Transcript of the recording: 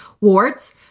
Warts